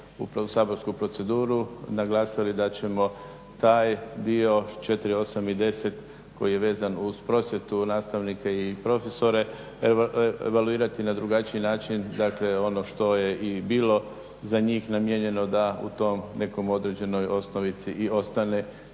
u saborsku proceduru naglasili da ćemo taj dio s 4, 8 i 10 koji je vezan uz prosvjetu nastavnike i profesore evaluirati na drugačiji način, dakle ono što je i bilo za njih namijenjeno da u toj nekoj određenoj osnovici i ostane